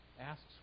Asks